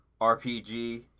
RPG